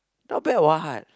not bad what